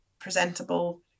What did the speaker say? presentable